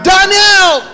Daniel